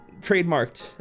trademarked